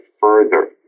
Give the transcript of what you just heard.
further